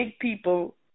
people